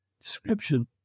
description